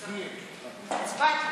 הצבעתי.